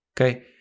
okay